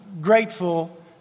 grateful